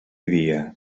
dia